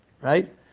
right